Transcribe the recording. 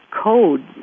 code